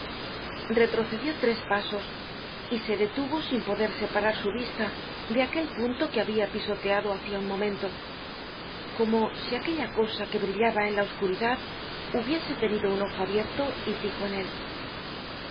retrocedió tres pasos y se detuvo sin poder separar su vista de aquel punto que habia pisoteado hacia un momento como si aquella cosa que brillaba en la oscuridad hubiese tenido un ojo abierto y fijo en él